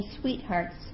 sweethearts